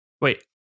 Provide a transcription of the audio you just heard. Wait